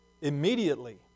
immediately